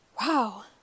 wow